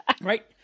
Right